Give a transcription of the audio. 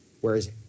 Whereas